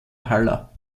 haller